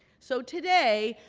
so today,